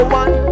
one